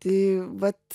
tai vat